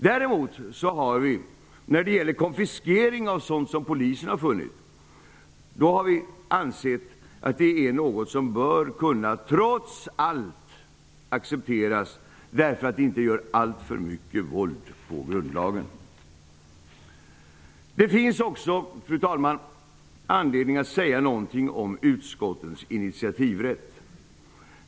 Däremot har vi, när det gäller konfiskering av sådant som polisen funnit, ansett att det är något som trots allt bör kunna accepteras eftersom det inte gör alltför mycket våld på grundlagen. Det finns också, fru talman, anledning att säga något om utskottens initiativrätt.